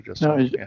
No